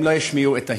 הם לא השמיעו את ההמנון.